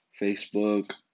Facebook